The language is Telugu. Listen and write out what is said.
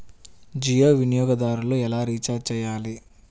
జియో వినియోగదారులు ఎలా రీఛార్జ్ చేయాలి?